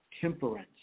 temperance